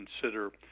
consider